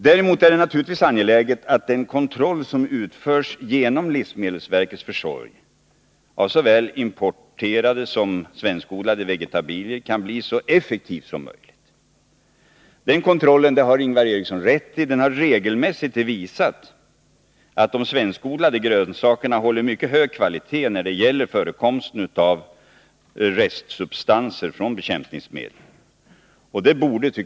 Däremot är det naturligtvis angeläget att den kontroll som utförs genom livsmedelsverkets försorg av såväl importerade som svenskodlade vegetabilier kan bli så effektiv som möjligt. Den kontrollen har regelmässigt visat att de svenskodlade grönsakerna håller mycket hög kvalitet när det gäller förekomsten av restsubstanser från bekämpningsmedel. Det har Ingvar Eriksson rätt i.